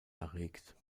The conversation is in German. erregt